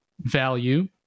value